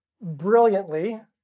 brilliantly